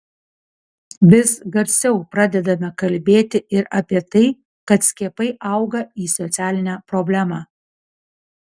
vis garsiau pradedame kalbėti ir apie tai kad skiepai auga į socialinę problemą